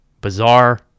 bizarre